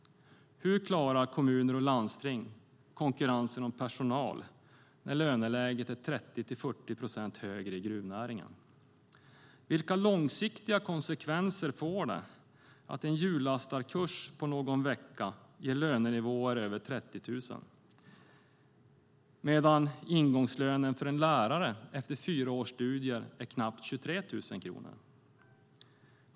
Hur klarar kommuner och landsting konkurrensen om personal när löneläget är 30-40 procent högre i gruvnäringen? Vilka långsiktiga konsekvenser får det att en hjullastarkurs på någon vecka ger lönenivåer över 30 000 kronor medan ingångslönen för en lärare efter fyra års studier är knappt 23 000 kronor?